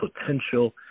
potential